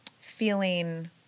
feeling